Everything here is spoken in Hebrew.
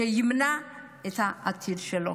ימנע את העתיד שלו.